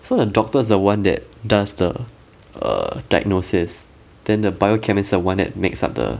so the doctor is the one that does the err diagnosis then the biochemist is the one that makes up the